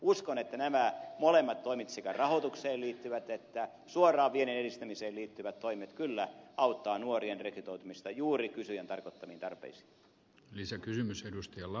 uskon että nämä molemmat toimet sekä rahoitukseen liittyvät että suoraan viennin edistämiseen liittyvät toimet kyllä auttavat nuorien rekrytoitumista juuri kysyjän tarkoittamiin tarpeisiin